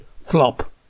flop